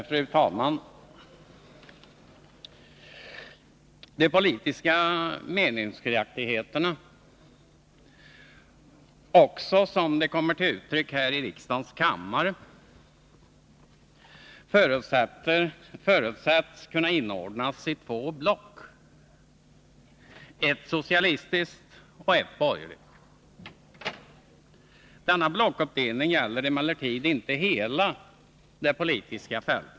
Fru talman! De politiska meningsskiljaktigheterna, också som de kommer till uttryck här i riksdagens kammare, förutsätts kunna inordnas i två block: ett socialistiskt och ett borgerligt. Denna blockuppdelning gäller emellertid inte hela det politiska fältet.